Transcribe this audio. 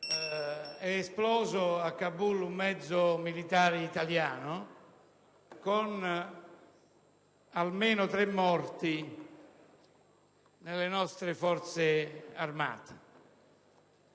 è esploso a Kabul un mezzo militare italiano, e vi sono stati almeno tre morti nelle nostre Forze armate,